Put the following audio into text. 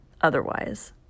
otherwise